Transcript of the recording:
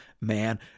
man